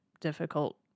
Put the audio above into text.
difficult